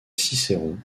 cicéron